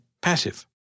passive